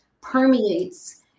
permeates